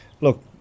look